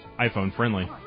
iPhone-friendly